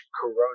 corona